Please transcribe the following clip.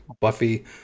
Buffy